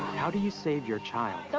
how do you save your child?